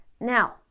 Now